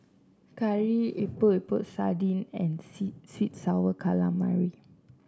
curry Epok Epok Sardin and sour calamari